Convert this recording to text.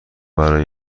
برای